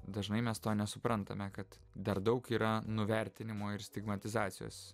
dažnai mes to nesuprantame kad dar daug yra nuvertinimo ir stigmatizacijos